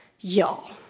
Y'all